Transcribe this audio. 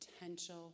potential